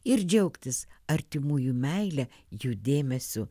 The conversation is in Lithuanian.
ir džiaugtis artimųjų meile jų dėmesiu